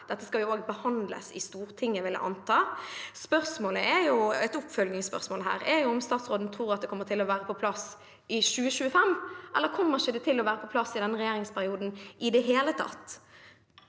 Dette skal også behandles i Stortinget, vil jeg anta. Et oppfølgingsspørsmål her er om statsråden tror at det kommer til å være på plass i 2025. Eller kommer det ikke til å være på plass i denne regjeringsperioden i det hele tatt?